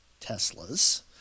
Teslas